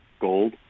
gold